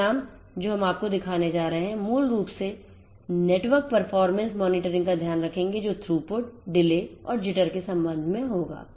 परिणाम जो हम आपको दिखाने जा रहे हैं वे मूल रूप से Network performance monitoring का ध्यान रखेंगे जो थ्रूपुटdelay और JITTER के संबंध में होगा